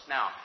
Now